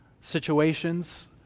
situations